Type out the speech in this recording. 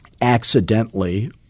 accidentally